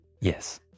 Yes